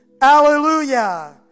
Hallelujah